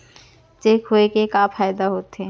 Cheque होए के का फाइदा होथे?